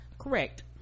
Correct